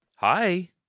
hi